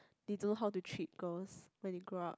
they don't know how to treat girls when they grow up